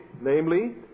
namely